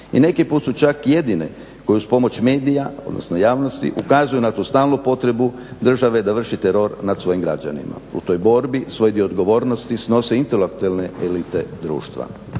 i neki put su čak jedine koje uz pomoć medija, odnosno javnosti ukazuju na tu stalnu potrebu države da vrši teror nad svojim građanima. U toj borbi svoj dio odgovornosti snosi intelektualne elite društva.